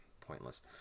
pointless